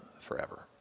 forever